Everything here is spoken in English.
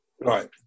Right